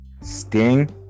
Sting